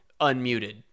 unmuted